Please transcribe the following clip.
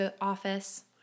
office